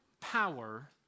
power